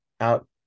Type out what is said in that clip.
out